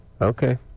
Okay